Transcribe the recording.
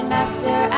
Master